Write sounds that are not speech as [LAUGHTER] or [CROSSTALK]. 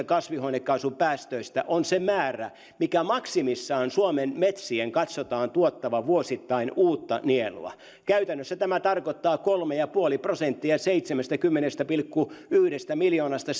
[UNINTELLIGIBLE] kasvihuonekaasupäästöistä on se määrä minkä maksimissaan suomen metsien katsotaan tuottavan vuosittain uutta nielua käytännössä tämä tarkoittaa kolmea pilkku viittä prosenttia seitsemästäkymmenestä pilkku yhdestä miljoonasta [UNINTELLIGIBLE]